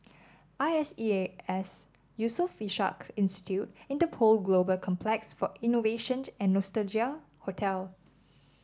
I S E A S Yusof Ishak Institute Interpol Global Complex for Innovation and Nostalgia Hotel